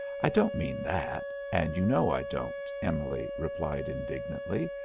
i don't mean that, and you know i don't, emily replied indignantly.